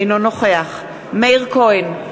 אינו נוכח מאיר כהן,